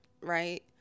right